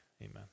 Amen